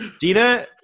Dina